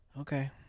okay